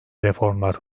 reformlar